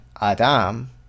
Adam